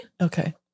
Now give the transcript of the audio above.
Okay